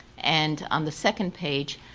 and on the second page,